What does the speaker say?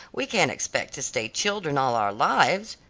we can't expect to stay children all our lives.